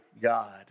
God